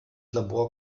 labor